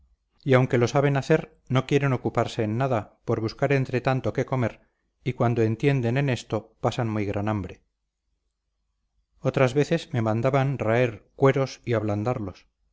y aunque lo saben hacer no quieren ocuparse en nada por buscar entretanto qué comer y cuando entienden en esto pasan muy gran hambre otras veces me mandaban raer cueros y ablandarlos